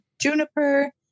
juniper